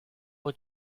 will